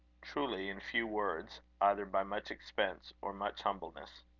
truly, in few words, either by much expense or much humbleness.